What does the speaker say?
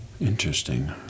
Interesting